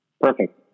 Perfect